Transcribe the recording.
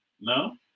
No